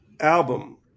album